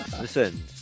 Listen